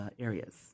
areas